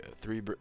three